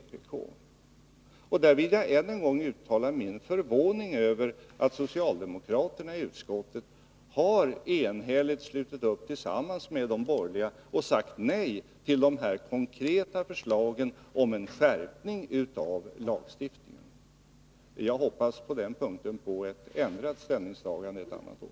I detta sammanhang vill jag ännu en gång uttala min förvåning över att socialdemokraterna i utskottet enhälligt har slutit upp bakom de borgerliga och sagt nej till de konkreta förslagen om en skärpning av lagstiftningen. På den punkten hoppas jag på ett ändrat ställningstagande ett annat år.